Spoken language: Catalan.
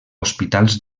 hospitals